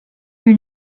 her